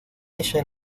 ella